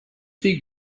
you